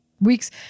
weeks